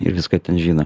ir viską ten žino